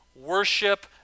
Worship